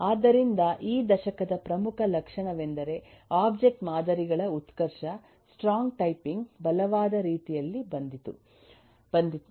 ಆದ್ದರಿಂದಈ ದಶಕದ ಪ್ರಮುಖ ಲಕ್ಷಣವೆಂದರೆ ಒಬ್ಜೆಕ್ಟ್ ಮಾದರಿಗಳ ಉತ್ಕರ್ಷ ಸ್ಟ್ರಾಂಗ್ ಟೈಪಿಂಗ್ ಬಲವಾದ ರೀತಿಯಲ್ಲಿ ಬಂದಿತು